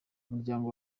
umuryango